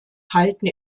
halten